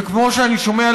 וכמו שאני שומע,